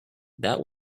that